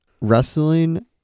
wrestling